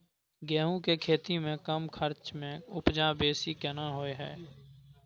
गेहूं के खेती में कम खर्च में उपजा बेसी केना होय है?